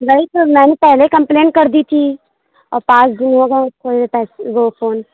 نہیں سر میں نے پہلے کمپلین کر دی تھی اور پانج دِن ہو گئے ہیں اُس کو وہ فون